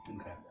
Okay